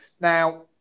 Now